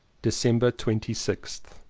december twenty sixth.